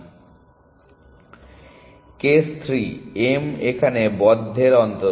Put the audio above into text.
case 3 m এখানে বদ্ধের অন্তর্গত